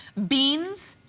beans,